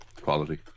quality